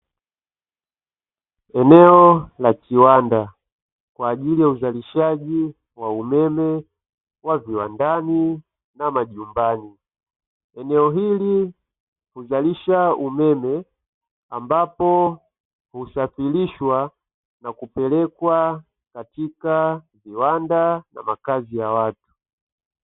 Eneo la kiwanda kwa ajili ya uzalishaji wa umeme wa viwandani na majumbani. Eneo hili huzalisha umeme ambapo husafirishwa na kupelekwa katika viwanda na makazi ya watu.